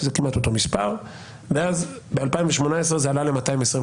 שזה כמעט אותו המספר; ואז ב-2018 זה עלה ל-222.